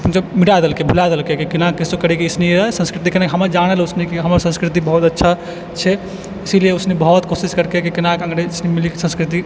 मिटा देलकै भुला देलकै केना कैसे करयके किस लिए संस्कृतिके हमर जानऽ लए कि हमर संस्कृति बहुत अच्छा छै इसीलिए उसने बहुत कोशिश करकै कि केना